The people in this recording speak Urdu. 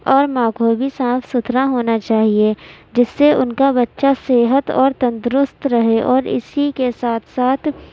اور ماں کو بھی صاف ستھرا ہونا چاہیے جس سے ان کا بچہ صحت اور تندرست رہے اور اسی کے ساتھ ساتھ